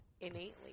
innately